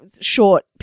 short